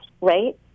right